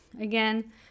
Again